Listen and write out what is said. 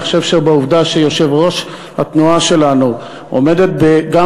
אני חושב שבעובדה שיושבת-ראש התנועה שלנו עומדת גם